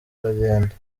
aragenda